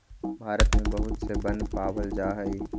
भारत में बहुत से वन पावल जा हई